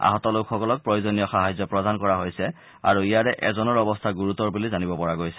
আহত লোকসকলক প্ৰয়োজনীয় সাহায্য প্ৰদান কৰা হৈছে আৰু ইয়াৰে এজনৰ অৱস্থা গুৰুতৰ বুলি জানিব পৰা গৈছে